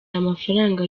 amafaranga